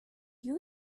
you